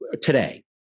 today